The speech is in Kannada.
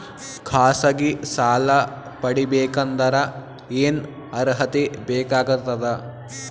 ಖಾಸಗಿ ಸಾಲ ಪಡಿಬೇಕಂದರ ಏನ್ ಅರ್ಹತಿ ಬೇಕಾಗತದ?